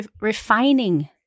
refining